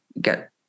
get